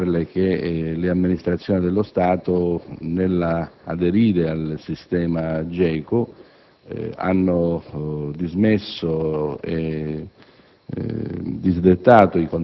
mi riservo di dimostrarle che le amministrazioni dello Stato, nell'aderire al sistema GECO, hanno dismesso e